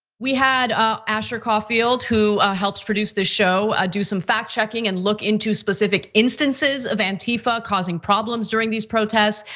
we had ah asher caulfield, who helps produce this show, ah do some fact checking and look into specific instances of antifa causing problems during these protests.